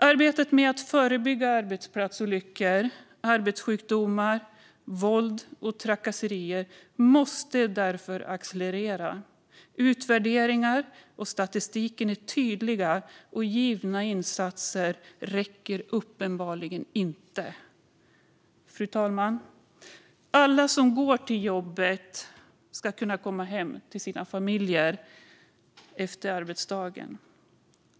Arbetet med att förebygga arbetsplatsolyckor, arbetssjukdomar, våld och trakasserier måste därför accelerera. Utvärderingar och statistik är tydliga, och givna insatser räcker uppenbarligen inte till. Fru talman! Alla som går till jobbet ska kunna komma hem till sina familjer efter arbetsdagen.